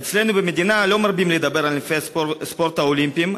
אצלנו במדינה לא מרבים לדבר על ענפי הספורט האולימפיים,